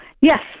Yes